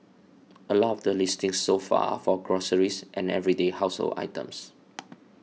a lot of the listings so far are for groceries and everyday household items